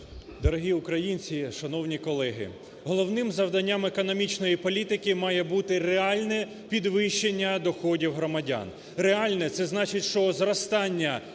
Дорогі українці, шановні колеги! Головним завданням економічної політики має бути реальне підвищення доходів громадян. Реальне – це значить, що зростання зарплат